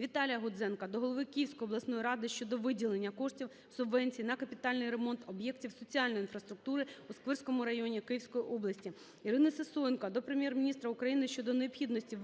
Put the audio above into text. Віталія Гудзенка до голови Київської обласної ради щодо виділення коштів (субвенції) на капітальний ремонт об'єктів соціальної інфраструктури у Сквирському районі Київської області. Ірини Сисоєнко до Прем'єр-міністра України щодо необхідності